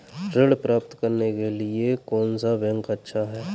ऋण प्राप्त करने के लिए कौन सा बैंक अच्छा है?